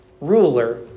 ruler